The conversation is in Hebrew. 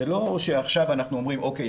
זה לא שעכשיו אנחנו אומרים אוקיי,